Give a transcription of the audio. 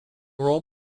role